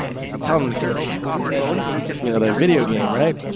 and i'm telling him to get the heck off that you know, the video game, right?